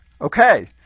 Okay